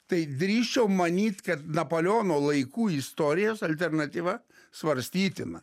tai drįsčiau manyt kad napoleono laikų istorijos alternatyva svarstytina